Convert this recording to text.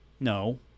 No